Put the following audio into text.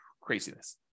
Craziness